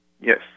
Yes